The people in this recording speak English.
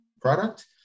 product